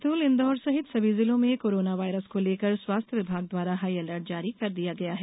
बैतूल इंदौर सहित सभी जिलों में कोरेना वायरस को लेकर स्वास्थ्य विभाग द्वारा हाईअलर्ट जारी कर दिया गया है